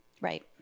Right